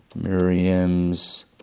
Miriam's